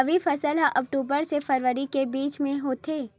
रबी फसल हा अक्टूबर से फ़रवरी के बिच में होथे